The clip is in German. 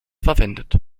verwendet